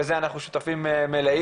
בזה אנחנו שותפים מלאים,